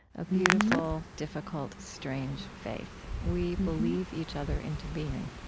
a beautiful, difficult, strange faith. we believe each other into being.